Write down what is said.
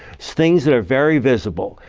things that are very visible.